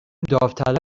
داوطلب